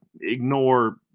ignore